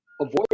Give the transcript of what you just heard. Avoid